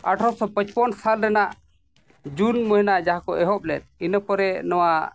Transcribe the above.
ᱟᱴᱷᱨᱚ ᱥᱚ ᱯᱟᱸᱪᱯᱚᱱ ᱥᱟᱞ ᱨᱮᱱᱟᱜ ᱡᱩᱱ ᱢᱟᱹᱦᱱᱟᱹ ᱡᱟᱦᱟᱸ ᱠᱚ ᱮᱦᱚᱵ ᱞᱮᱫ ᱤᱱᱟᱹ ᱯᱚᱨᱮ ᱱᱚᱣᱟ